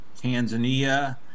Tanzania